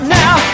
now